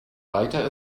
weiter